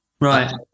right